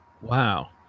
Wow